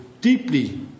deeply